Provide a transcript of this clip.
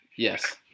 Yes